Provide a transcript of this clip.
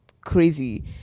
crazy